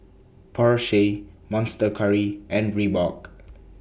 Porsche Monster Curry and Reebok